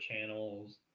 channels